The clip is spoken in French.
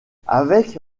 avec